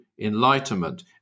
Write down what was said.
enlightenment